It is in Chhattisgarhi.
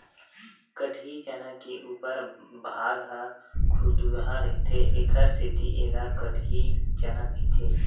कटही चना के उपर भाग ह खुरदुरहा रहिथे एखर सेती ऐला कटही चना कहिथे